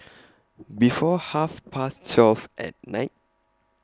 before Half Past twelve At Night